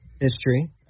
history